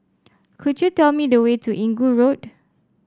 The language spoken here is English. could you tell me the way to Inggu Road